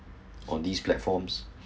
on these platforms